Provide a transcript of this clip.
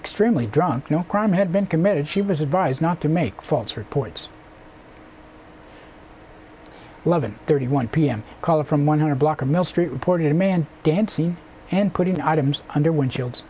extremely drunk no crime had been committed she was advised not to make false reports eleven thirty one pm caller from one hundred block of mill street reported a man dancing and putting items under windshields